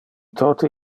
tote